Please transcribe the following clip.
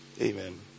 Amen